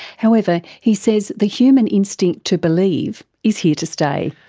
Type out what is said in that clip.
however, he says the human instinct to believe is here to stay.